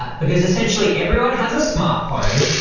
but because essentially everyone has a smart phone.